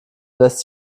lässt